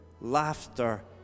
laughter